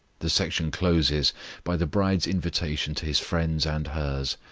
the section closes by the bride's invitation to his friends and hers,